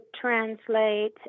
translate